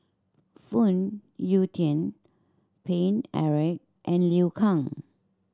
Phoon Yew Tien Paine Eric and Liu Kang